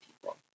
people